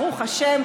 ברוך השם,